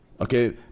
okay